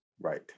Right